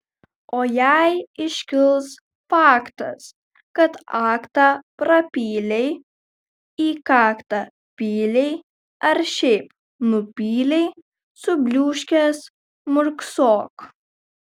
o jei iškils faktas kad aktą prapylei į kaktą pylei ar šiaip nupylei subliūškęs murksok